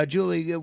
Julie